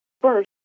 First